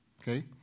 okay